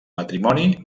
matrimoni